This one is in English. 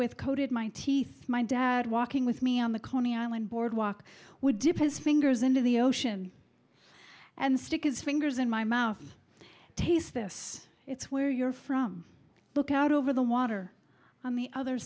with coated my teeth my dad walking with me on the coney island boardwalk would depress fingers into the ocean and stick his fingers in my mouth taste this it's where you're from look out over the water on the other